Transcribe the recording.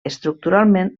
estructuralment